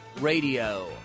Radio